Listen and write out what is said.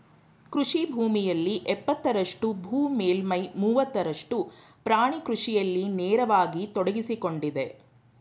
ಕೃಷಿ ಭೂಮಿಯಲ್ಲಿ ಎಪ್ಪತ್ತರಷ್ಟು ಭೂ ಮೇಲ್ಮೈಯ ಮೂವತ್ತರಷ್ಟು ಪ್ರಾಣಿ ಕೃಷಿಯಲ್ಲಿ ನೇರವಾಗಿ ತೊಡಗ್ಸಿಕೊಂಡಿದೆ